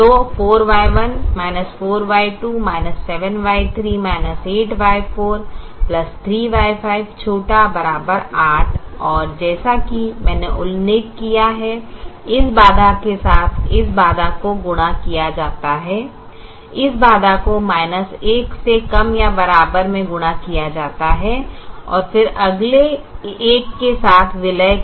तो 4Y1 4Y2 7Y3 8Y43Y5 ≤ 8 और जैसा कि मैंने उल्लेख किया है इस बाधा के साथ इस बाधा को गुणा किया जाता है इस बाधा को 1 से कम या बराबर में गुणा किया जाता है और फिर अगले एक के साथ विलय कर